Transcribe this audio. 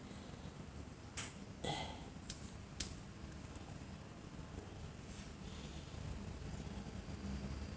eh